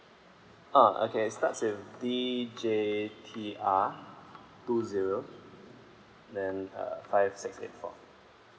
ah okay starts with D J T R two zero then uh five six eight four